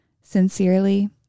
Sincerely